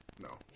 No